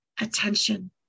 attention